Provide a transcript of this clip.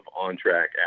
on-track